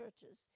churches